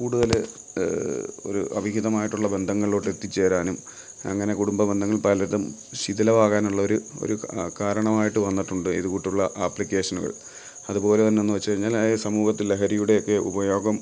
കൂടുതൽ ഒരു അവിഹിതമായിട്ടുള്ള ബന്ധങ്ങളിലോട്ട് എത്തിച്ചേരാനും അങ്ങനെ കുടുംബബന്ധങ്ങൾ പലതും ശിഥിലമാകാനുമുള്ളൊരു ഒരു കാരണമായിട്ട് വന്നിട്ടുണ്ട് ഇതു കൂട്ടുള്ള ആപ്ലിക്കേഷനുകൾ അതുപോലെ തന്നെയെന്നു വച്ച് കഴിഞ്ഞാൽ ആ സമൂഹത്തിൽ ലഹരിയുടെയൊക്കെ ഉപയോഗം